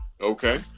Okay